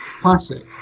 classic